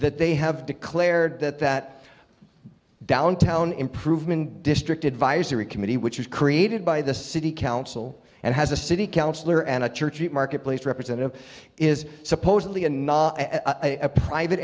that they have declared that that downtown improvement district advisory committee which was created by the city council and has a city councillor and a church marketplace representative is supposedly a not a private